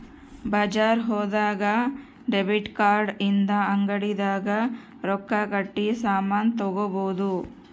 ಬಜಾರ್ ಹೋದಾಗ debit card ಇಂದ ಅಂಗಡಿ ದಾಗ ರೊಕ್ಕ ಕಟ್ಟಿ ಸಾಮನ್ ತಗೊಬೊದು